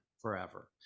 forever